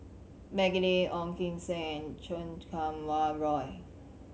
Maggie Lim Ong Kim Seng and Chan Kum Wah Roy